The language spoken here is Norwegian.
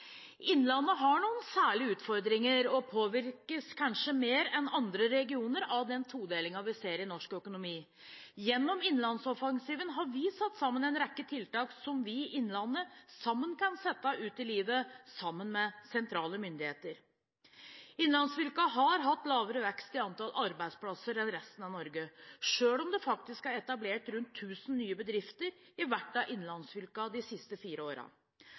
Innlandet har noen særlige utfordringer og påvirkes kanskje mer enn andre regioner av den todelingen vi ser i norsk økonomi. Gjennom innlandsoffensiven har vi satt sammen en rekke tiltak som vi i Innlandet sammen kan sette ut i livet, sammen med sentrale myndigheter. Innlandsfylkene har hatt lavere vekst i antall arbeidsplasser enn resten av Norge, selv om det faktisk er etablert rundt 1 000 nye bedrifter i hvert av innlandsfylkene de siste fire